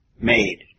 made